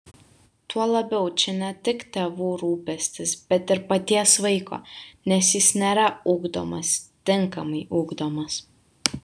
tuo labiau čia ne tik tėvų rūpestis bet ir paties vaiko nes jis nėra ugdomas tinkamai ugdomas